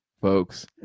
folks